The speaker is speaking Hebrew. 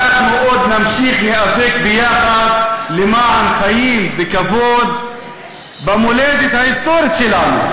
אנחנו עוד נמשיך להיאבק ביחד למען חיים בכבוד במולדת ההיסטורית שלנו.